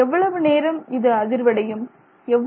எவ்வளவு நேரம் இது அதிர்வடையம்